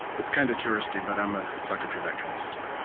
it's kind of touristy, but i'm a sucker for that kind of stuff